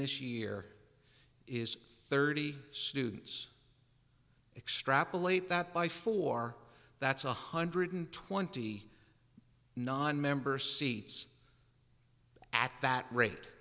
this year is thirty students extrapolate that by four that's one hundred twenty nonmember seats at that rate